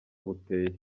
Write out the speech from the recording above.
buteye